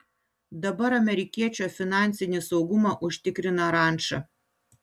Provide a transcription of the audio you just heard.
dabar amerikiečio finansinį saugumą užtikrina ranča